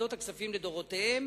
ועדות הכספים לדורותיהן